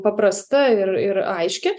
paprasta ir ir aiški